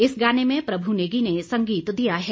इस गाने में प्रभु नेगी ने संगीत दिया है